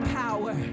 power